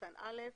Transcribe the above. קטן (א)